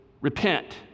repent